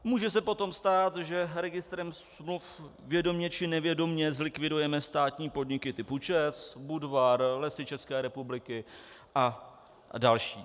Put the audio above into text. Může se potom stát, že registrem smluv vědomě či nevědomě zlikvidujeme státní podniky typu ČEZ, Budvar, Lesy České republiky a další.